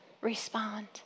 Respond